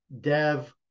dev